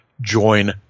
join